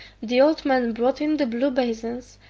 the old man brought in the blue basins,